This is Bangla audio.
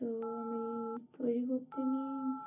তো আমি তৈরি করতে নিই